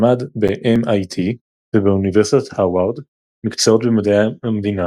למד ב־MIT ובאוניברסיטת הרווארד מקצועות במדעי המדינה.